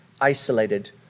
isolated